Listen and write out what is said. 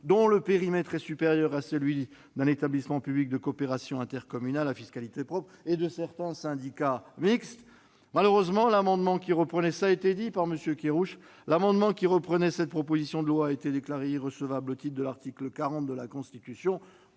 dont le périmètre est supérieur à celui d'un établissement public de coopération intercommunale à fiscalité propre et de certains syndicats mixtes. Malheureusement, l'amendement qui reprenait cette disposition, comme l'a souligné M. Kerrouche, a été déclaré irrecevable au titre de l'article 40 de la Constitution.